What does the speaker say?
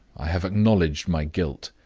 i have acknowledged my guilt.